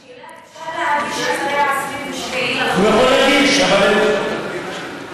השאלה, אפשר להגיש אחרי 27 בחודש?